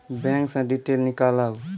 Bank से detail नीकालव?